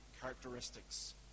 characteristics